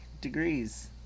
degrees